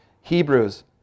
Hebrews